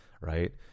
right